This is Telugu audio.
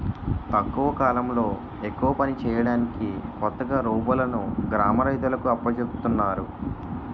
తక్కువ కాలంలో ఎక్కువ పని చేయడానికి కొత్తగా రోబోలును గ్రామ రైతులకు అప్పజెపుతున్నారు